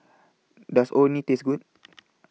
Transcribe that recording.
Does Orh Nee Taste Good